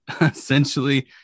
essentially